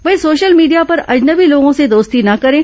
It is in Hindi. वहीं सोशल मीडिया पर अनजबी लोगों से दोस्ती न करें